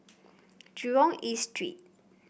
Jurong East Street